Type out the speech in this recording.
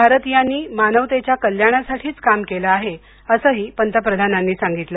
भारतीयांनी मानवतेच्या कल्याणासाठीच काम केल आहे असही पंतप्रधांनांनी सांगितलं